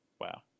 Wow